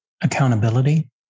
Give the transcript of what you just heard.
accountability